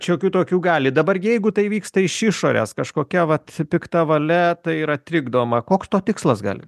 šiokių tokių gali dabar jeigu tai vyksta iš išorės kažkokia vat pikta valia tai yra trikdoma koks to tikslas gali